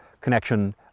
connection